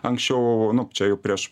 anksčiau nu čia jau prieš